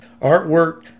artwork